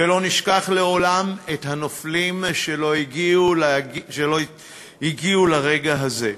ולא נשכח לעולם את הנופלים שלא הגיעו לרגע הזה.